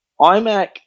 iMac